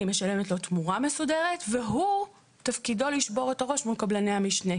אני משלמת לו תמורה מסודרת והוא תפקידו לשבור את הראש מול קבלני המשנה.